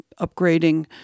upgrading